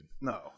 No